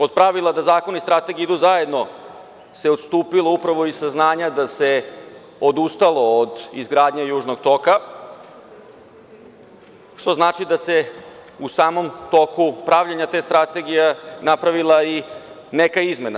Od pravila da zakon i strategija idu zajedno se odstupilo upravo iz saznanja da se odustalo od izgradnje „Južnog toka“, što znači da se u samom toku pravljenja te strategije napravila i neka izmena.